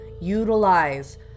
Utilize